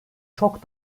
çok